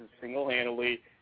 single-handedly